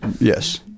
Yes